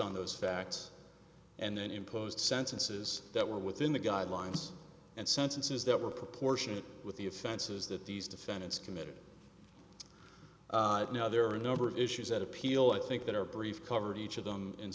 on those facts and then imposed sentences that were within the guidelines and sentences that were proportionate with the offenses that these defendants committed now there are a number of issues that appeal i think that are brief covered each of them in